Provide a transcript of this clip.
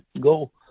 go